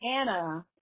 Anna